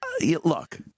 look